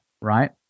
right